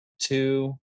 two